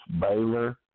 Baylor